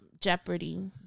Jeopardy